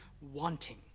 wanting